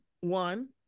one